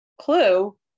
clue